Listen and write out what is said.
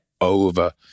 over